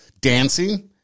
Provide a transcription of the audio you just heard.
dancing